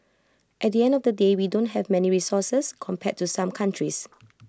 at the end of the day we don't have many resources compared to some countries